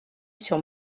sur